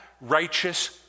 righteous